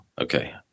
Okay